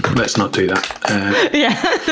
let's not do that, yeah